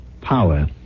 Power